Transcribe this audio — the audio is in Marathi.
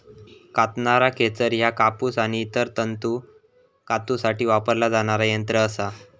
कातणारा खेचर ह्या कापूस आणि इतर तंतू कातूसाठी वापरला जाणारा यंत्र असा